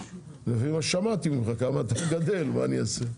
לפי מה ששמעתי ממך כמה אתה מגדל, מה אני אעשה?